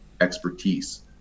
expertise